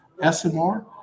SMR